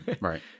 right